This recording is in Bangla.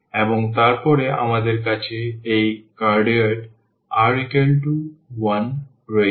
এবং তারপরে আমাদের কাছে এই cardioid r1 রয়েছে